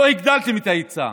לא הגדלתם את ההיצע.